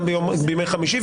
גם בימי חמישי,